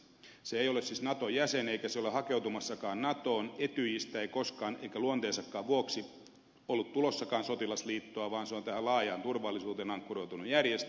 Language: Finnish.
se ei ole siis naton jäsen eikä se ole hakeutumassakaan natoon etyjistä ei koskaan luonteensakaan vuoksi ollut tulossakaan sotilasliittoa vaan se on tähän laajaan turvallisuuteen ankkuroitunut järjestö